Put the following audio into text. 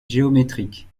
géométrique